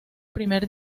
primer